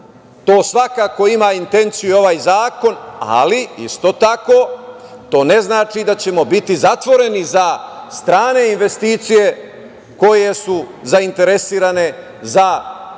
To svakako ima intenciju i ovaj zakon, ali isto tako to ne znači da ćemo biti zatvoreni za strane investicije koje su zainteresirane za eksploataciju